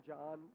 John